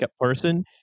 person